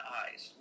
eyes